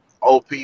OP